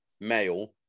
male